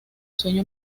sueño